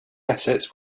assets